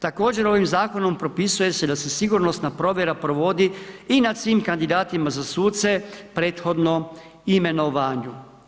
Također, ovim zakonom propisuje se da se sigurnosna provjera provodi i nad svim kandidatima za suce prethodno imenovanju.